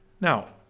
Now